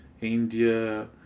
India